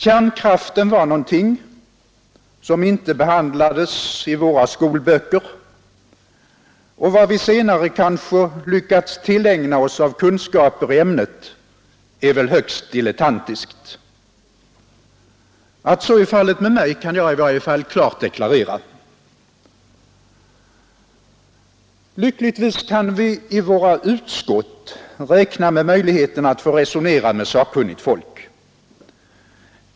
Kärnkraften var någonting som inte behandlades i våra skolböcker, och vad vi senare kanske lyckats tillägna oss av kunskaper i ämnet är väl högst dilettantiskt. Att så är fallet med mig kan jagi varje fall klart deklarera. Lyckligtvis kan vi i våra utskott räkna med möjligheten att få resonera med sakkunnigt folk.